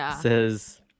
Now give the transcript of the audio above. says